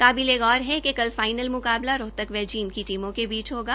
काबिले गौर है कि कील फाईनल मुकाबला रोहतक व जींद की टीमों के बीच होगा